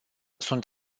sunt